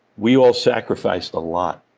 we all sacrificed a lot,